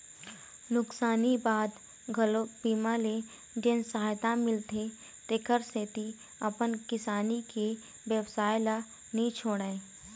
नुकसानी बाद घलोक बीमा ले जेन सहायता मिलथे तेखर सेती अपन किसानी के बेवसाय ल नी छोड़य